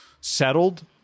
settled